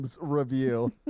review